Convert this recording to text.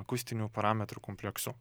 akustinių parametrų kompleksu